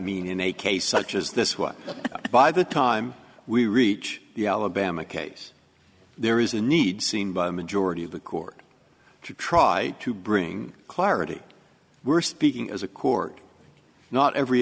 mean in a case such as this one by the time we reach the alabama case there is a need seen by a majority of the court to try to bring clarity we're speaking as a court not every